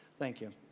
thank you.